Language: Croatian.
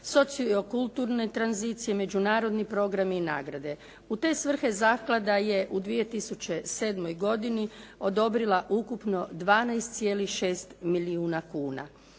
sociokulturne tranzicije, međunarodni programi i nagrade. U te svrhe zaklada je u 2007. godini odobrila ukupno 12,6 milijuna kuna.